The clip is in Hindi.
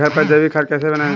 घर पर जैविक खाद कैसे बनाएँ?